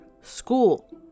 school